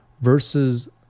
versus